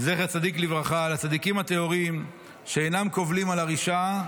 זכר צדיק לברכה: "הצדיקים הטהורים אינם קובלים על הרשעה,